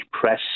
press